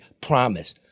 promise